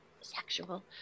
sexual